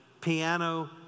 piano